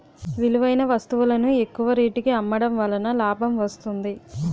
విలువైన వస్తువులను ఎక్కువ రేటుకి అమ్మడం వలన లాభం వస్తుంది